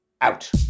out